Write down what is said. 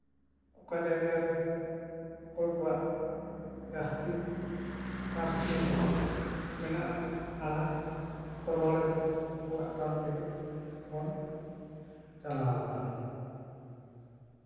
ᱚᱠᱟ ᱡᱟᱭᱜᱟᱨᱮ ᱚᱠᱚᱭ ᱠᱚᱣᱟᱜ ᱡᱟᱹᱥᱛᱤ ᱯᱟᱹᱨᱥᱤ ᱢᱮᱱᱟᱜᱼᱟ ᱟᱲᱟᱝ ᱠᱚ ᱨᱚᱲ ᱮᱫᱟ ᱩᱱᱠᱩᱣᱟᱜ ᱴᱟᱱ ᱛᱮᱜᱮ ᱵᱚᱱ ᱪᱟᱞᱟᱣ ᱠᱟᱱᱟ